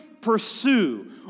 pursue